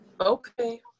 okay